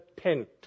tent